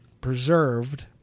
preserved